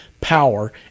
power